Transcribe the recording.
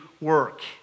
work